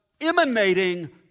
emanating